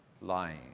lying